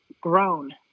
grown